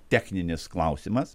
techninis klausimas